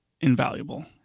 invaluable